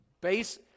base